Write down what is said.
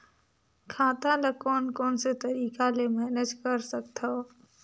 खाता ल कौन कौन से तरीका ले मैनेज कर सकथव?